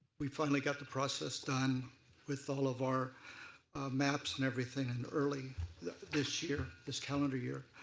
we finally got the process done with all of our maps and everything in early this year, this calendar year,